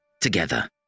together